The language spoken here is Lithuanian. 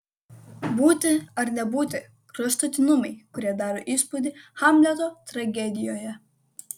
būti ar nebūti kraštutinumai kurie daro įspūdį hamleto tragedijoje